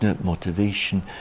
motivation